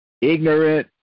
ignorant